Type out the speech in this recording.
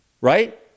right